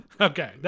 Okay